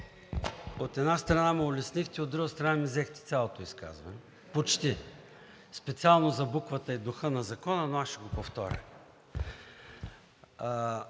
от една страна, ме улеснихте, от друга страна, ми взехте цялото изказване – почти, специално за буквата и духа на закона, но аз ще го повторя.